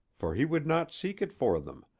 for he would not seek it for them,